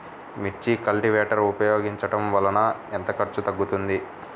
మిర్చి కల్టీవేటర్ ఉపయోగించటం వలన ఎంత ఖర్చు తగ్గుతుంది?